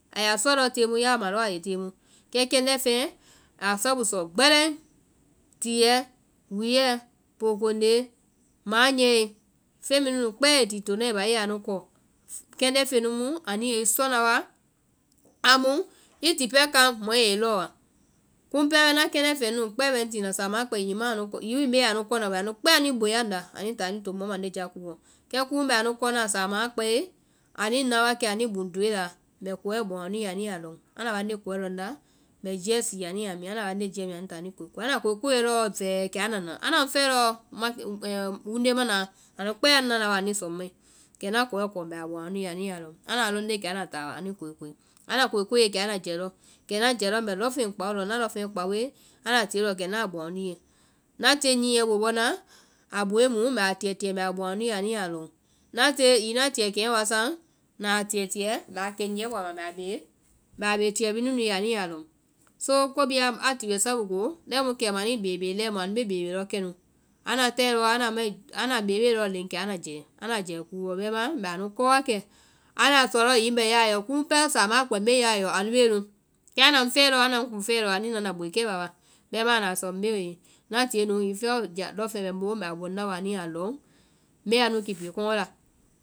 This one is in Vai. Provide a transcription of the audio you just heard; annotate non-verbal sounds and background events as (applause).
Á ya sɔna lɔɔ tee mu ya ma lɔɔ a ye tee mu. kɛ kɛndɛ́ feŋɛ a sabu sɔ gbɛlɛŋ, tiɛɛ, wúuɛ, poo konde, manyɛe feŋ bhii nu nu kpɛɛ i ti tona i báa i ya nu kɔ, kɛndɛ́ feŋ nu mu anu yɛi sɔna wa, amu i ti pɛɛ kaŋ mɔɛ yɛ i lɔɔwa. kumu kpɛɛ na kɛndɛ́ feŋ mɛɛ nunu bɛ ŋ tina sámaa a kpɛe hiŋi ma anu kɔ, hiŋi wi mbe anu kɔna wi. anu kpɛɛ anuĩ boea nda, anuĩ taa anuĩ to mɔ mande jakúuɔ. Kɛ kii mbɛ anu kɔna sámaã a kpɛe, anuĩ na wa kɛ anui buŋ door e laa, mbɛ kɔɛ bɔŋ anu ye anu yaa lɔŋ, anda bande kɔɛ lɔŋnda, mbɛ jiɛ sii anu yaa mi, anda bande jiɛ mia, kɛ anda ta anuĩ koikoi, anda koikoiɛ lɔɔ vɛɛ kɛ anda na, anda ŋ fɛɛe lɔɔ ma ko (hesitation) wunde manaã, anu kpɛɛ anuĩ nana wa anuĩ sɔ ŋmai. Kɛ na kɔɛ kɔɔ́ mbɛ a buŋ anu ye anu yaa lɔŋ, anda a lɔŋnde kɛ anda taa anuĩ koikoi, anda koikoie kɛ anda jɛ lɔ, kɛ na jɛ lɔ mbɛ lɔŋfeŋ kpao lɔ, ŋna lɔŋfeŋ kpaoe, anda tie lɔɔ kɛ na a bɔŋ anu ye. na tie nyiɛ bó bɔ naa, a bóe mu mbɛ a tíɛtíɛ mbɛ a bɔŋ anu ye anu yaa lɔŋ. ŋna tie- hiŋi tiɛ keŋɛ wa saŋ, naa tíɛtíɛ́ɛ mbɛ a kɛnyiɛ bɔ a ma mbɛ a bee, mbɛ a bee tiɛ mɛɛ nu nu ye anu yaa lɔŋ. So ko bee a ti wɛ sabo koo, anĩ koikoi lɛi mu kɛma anuĩ beebee lɛɛ mu anu bee beebee lɔ kɛnu, anda tae lɔ anda mae (hesitation) anda beebee lɔɔ léŋ kɛ anda jɛ, anda jɛɛ kúuwɔ bɛimaã mbɛ anu kɔ wa kɛ. Ánda sɔ lɔɔ hiŋi ŋbɛ yard yɛɔ. kumu pɛɛ sámaã kpɛ mbe yard yɔ anu bee nu, kɛ anda ŋ fɛe lɔɔ, anda ŋ kuŋ fɛe anuĩ nana boikɛ ba wa, bɛimaã anda a sɔ mbee? Na tie nu hiŋi (hesitation) lɔŋfeŋ bɛ ŋ boo mbɛ a bɔŋ na wa anu yaa lɔŋ, mbɛ anu keepi kɔɔ́ la.